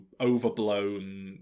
overblown